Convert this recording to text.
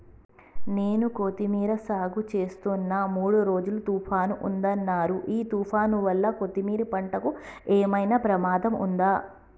నేను కొత్తిమీర సాగుచేస్తున్న మూడు రోజులు తుఫాన్ ఉందన్నరు ఈ తుఫాన్ వల్ల కొత్తిమీర పంటకు ఏమైనా ప్రమాదం ఉందా?